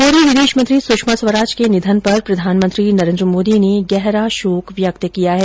पूर्व विदेश मंत्री सुषमा स्वराज के निधन पर प्रधानमंत्री नरेन्द्र मोदी ने गहरा शोक व्यक्त किया है